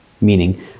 meaning